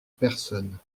personne